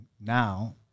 now